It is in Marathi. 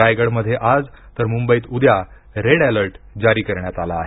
रायगड मध्ये आज तर मुंबईत उद्या रेड अलर्ट जारी करण्यात आला आहे